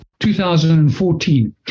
2014